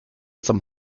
zum